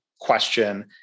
question